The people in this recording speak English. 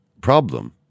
problem